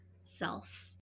self